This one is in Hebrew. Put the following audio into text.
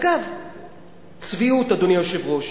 אגב צביעות, אדוני היושב-ראש,